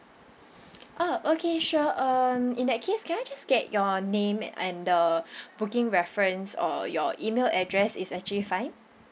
oh okay sure um in that case can I just get your name and the booking reference or your email address is actually fine